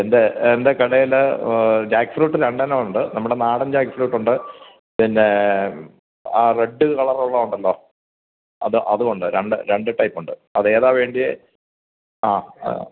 എന്റെ എന്റെ കടയിൽ ജാക്ക് ഫ്രൂട്ട് രണ്ടെണ്ണം ഉണ്ട് നമ്മുടെ നാടന് ജാക്ക് ഫ്രൂട്ടുണ്ട് പിന്നേ ആ റെഡ് കളർ ഉള്ളത് ഉണ്ടല്ലോ അത് അതും ഉണ്ട് രണ്ട് രണ്ട് ടൈപ്പുണ്ട് അതേതാണ് വേണ്ടിയത് ആ അ